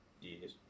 Yes